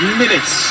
minutes